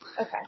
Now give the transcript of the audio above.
okay